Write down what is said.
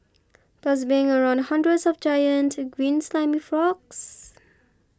plus being around hundreds of giant green slimy frogs